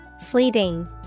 Fleeting